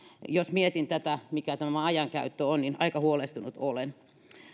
jos mietin tätä mitä tämän ajankäyttö on niin aika huolestunut olen